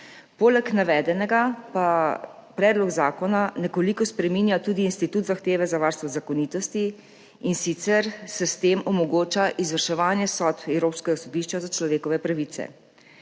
Poleg navedenega pa predlog zakona nekoliko spreminja tudi institut zahteve za varstvo zakonitosti, in sicer se s tem omogoča izvrševanje sodb Evropskega sodišča za človekove pravice.